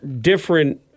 different